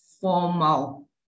formal